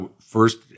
first